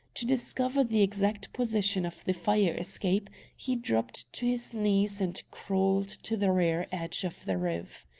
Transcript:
to discover the exact position of the fire-escape, he dropped to his knees and crawled to the rear edge of the roof.